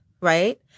right